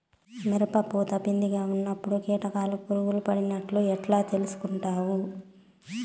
మిరప పూత పిందె గా ఉన్నప్పుడు కీటకాలు పులుగులు పడినట్లు ఎట్లా తెలుసుకుంటావు?